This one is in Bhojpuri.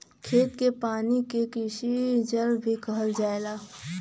खेत के पानी के कृषि जल भी कहल जाला